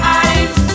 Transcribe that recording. eyes